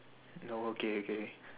no okay okay